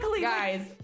Guys